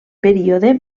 període